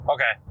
Okay